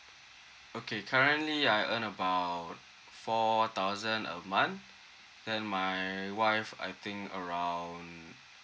okay currently I earn about four thousand a month then my wife I think around